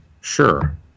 sure